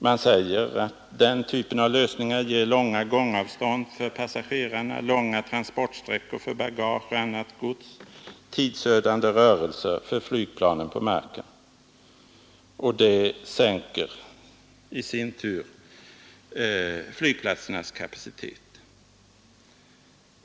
Man säger att den typen av lösningar ger långa gångavstånd för passagerarna, långa transportsträckor för bagage och annat gods och tidsödande rörelser för flygplanet på marken. Sådana egenskaper sänker i sin tur flygplatsernas kapacitet.